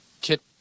kit